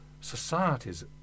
societies